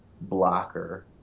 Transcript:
blocker